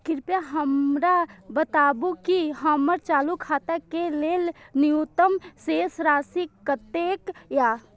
कृपया हमरा बताबू कि हमर चालू खाता के लेल न्यूनतम शेष राशि कतेक या